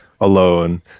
alone